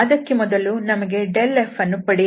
ಅದಕ್ಕೆ ಮೊದಲು ನಮಗೆ fಅನ್ನು ಪಡೆಯಬೇಕಾಗಿದೆ